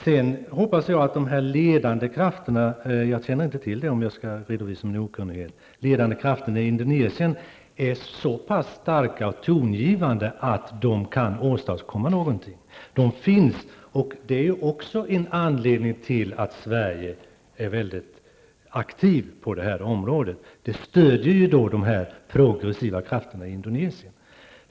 Sedan hoppas jag att de ledande krafterna i Indonesien -- jag känner inte till dem; jag redovisar min okunnighet på den punkten -- är så starka och tongivande att de kan åstadkomma någonting. De finns, och det är också en anledning till att Sverige är mycket aktivt på det här området. Det stöder de progressiva krafterna i Indonesien.